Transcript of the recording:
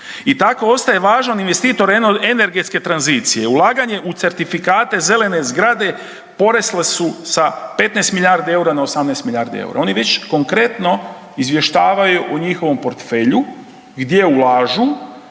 i tako ostaje važan investitor energetske tranzicije, ulaganje u certifikate zelene zgrade porasle su sa 15 milijardi eura na 18 milijardi eura. Oni već konkretno izvještavaju u njihovom portfelju gdje ulažu,